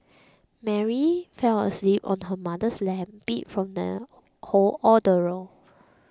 Mary fell asleep on her mother's lap beat from the whole ordeal